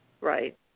Right